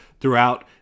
throughout